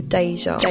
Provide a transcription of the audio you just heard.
Deja